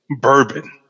bourbon